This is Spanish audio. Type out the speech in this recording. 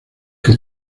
que